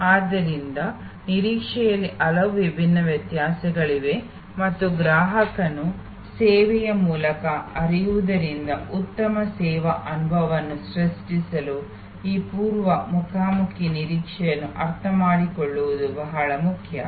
ಆದ್ದರಿಂದ ನಿರೀಕ್ಷೆಯಲ್ಲಿ ಹಲವು ವಿಭಿನ್ನ ವ್ಯತ್ಯಾಸಗಳಿವೆ ಮತ್ತು ಗ್ರಾಹಕನು ಸೇವೆಯ ಮೂಲಕ ಹರಿಯುವುದರಿಂದ ಉತ್ತಮ ಸೇವಾ ಅನುಭವವನ್ನು ಸೃಷ್ಟಿಸಲು ಈ ಪೂರ್ವ ಮುಖಾಮುಖಿ ನಿರೀಕ್ಷೆಯನ್ನು ಅರ್ಥಮಾಡಿಕೊಳ್ಳುವುದು ಬಹಳ ಮುಖ್ಯ